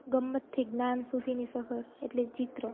ગમ્મતથી જ્ઞાન સુધીની સફર એટલે ચિત્ર